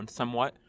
somewhat